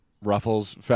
ruffles